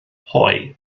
hoe